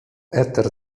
eter